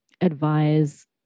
advise